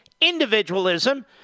individualism